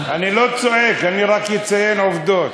אני לא צועק, אני רק אציין עובדות.